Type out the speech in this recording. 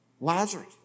Lazarus